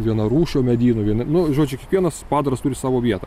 vienarūšio medyno viena nu žodžiu kiekvienas padaras turi savo vietą